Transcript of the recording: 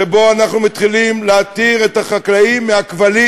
שבו אנחנו מתחילים להתיר את החקלאים מהכבלים